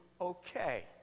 okay